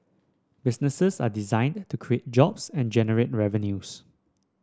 businesses are designed to create jobs and generate revenues